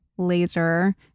laser